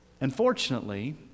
Unfortunately